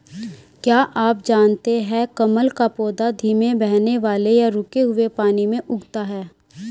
क्या आप जानते है कमल का पौधा धीमे बहने वाले या रुके हुए पानी में उगता है?